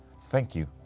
thank you.